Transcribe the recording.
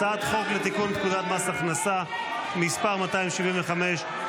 הצעת חוק לתיקון פקודת מס הכנסה (מס' 275),